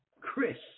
Chris